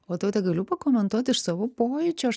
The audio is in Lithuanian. o taute galiu pakomentuot iš savo pojūčio aš